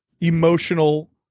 emotional